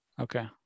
Okay